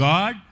God